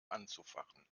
anzufachen